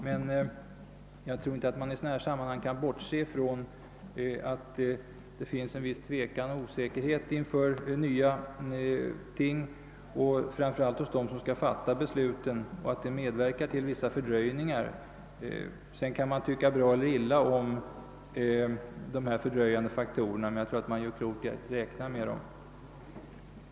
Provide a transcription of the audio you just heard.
Man kan nästan aldrig i sådana här sammanhang bortse från att det finns en viss tvekan och osäkerhet inför det nya hos dem som skall fatta besluten, vilket medverkar till fördröjningar. Man kan tycka bra eller illa om dessa fördröjande faktorer, men man gör klokt i att räkna med dem.